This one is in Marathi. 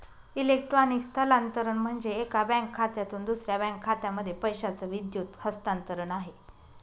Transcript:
इलेक्ट्रॉनिक स्थलांतरण म्हणजे, एका बँक खात्यामधून दुसऱ्या बँक खात्यामध्ये पैशाचं विद्युत हस्तांतरण आहे